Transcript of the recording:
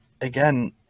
again